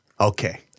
Okay